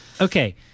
Okay